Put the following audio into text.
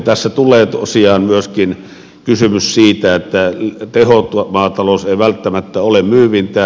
tässä tulee tosiaan myöskin kysymys siitä että tehomaatalous ei välttämättä ole myyvintä